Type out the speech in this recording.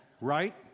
Right